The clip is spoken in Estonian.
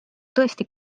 tõesti